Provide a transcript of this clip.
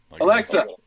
Alexa